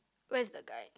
where's the guy